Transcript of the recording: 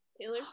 Taylor